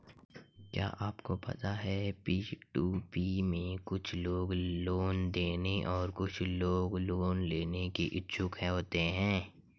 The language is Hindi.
क्या आपको पता है पी.टू.पी में कुछ लोग लोन देने और कुछ लोग लोन लेने के इच्छुक होते हैं?